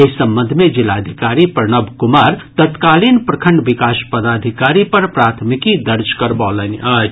एहि संबंध मे जिलाधिकारी प्रणव कुमार तत्कालीन प्रखंड विकास पदाधिकारी पर प्राथमिकी दर्ज करबौलनि अछि